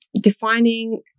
defining